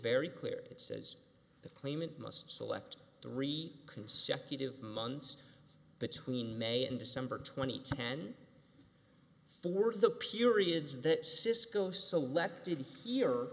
very clear it says the claimant must select three consecutive months between may and december twenty ten for the periods that cisco selected here